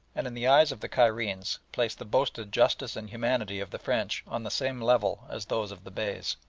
and, in the eyes of the cairenes, placed the boasted justice and humanity of the french on the same level as those of the beys.